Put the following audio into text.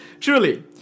truly